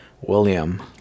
William